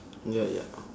ya ya